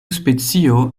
specio